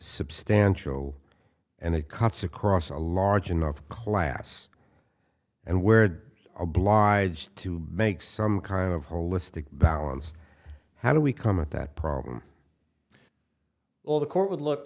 substantial and it cuts across a large enough class and where obliged to make some kind of holistic balance how do we come at that problem all the court would look